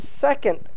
second